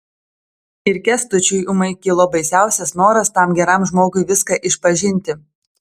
ir kęstučiui ūmai kilo baisiausias noras tam geram žmogui viską išpažinti